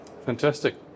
fantastic